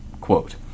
Quote